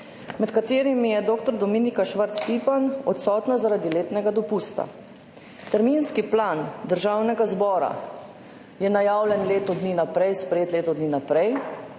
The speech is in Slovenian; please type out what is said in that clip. med katerimi je dr. Dominika Švarc Pipan odsotna zaradi letnega dopusta. Terminski plan Državnega zbora je najavljen leto dni vnaprej, sprejet leto dni vnaprej.